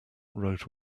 wrote